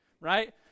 right